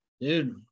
Dude